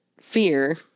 fear